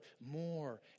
more